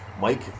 Mike